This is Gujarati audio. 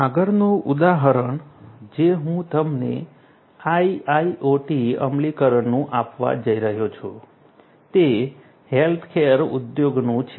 આગળનું ઉદાહરણ જે હું તમને IIoT અમલીકરણનું આપવા જઈ રહ્યો છું તે હેલ્થકેર ઉદ્યોગનું છે